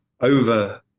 over